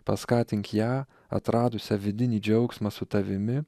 paskatink ją atradusią vidinį džiaugsmą su tavimi